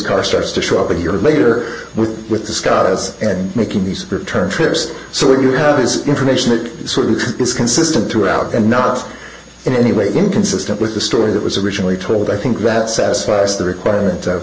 car starts to show up a year later with the with the scars making these return trips so that you have is information that sort of is consistent throughout and not in any way inconsistent with the story that was originally told i think that satisfies the requirement of